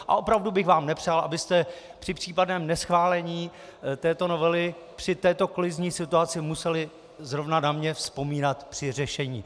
A opravdu bych vám nepřál, abyste při případném neschválení této novely při této kolizní situace museli zrovna na mě vzpomínat při řešení.